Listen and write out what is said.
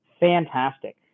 fantastic